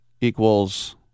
equals